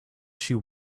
she